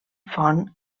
font